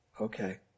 okay